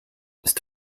ist